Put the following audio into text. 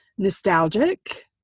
nostalgic